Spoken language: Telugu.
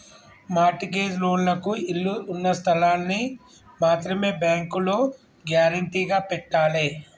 మార్ట్ గేజ్ లోన్లకు ఇళ్ళు ఉన్న స్థలాల్ని మాత్రమే బ్యేంకులో గ్యేరంటీగా పెట్టాలే